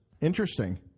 Interesting